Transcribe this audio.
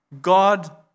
God